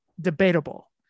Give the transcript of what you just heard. debatable